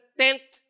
tenth